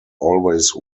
always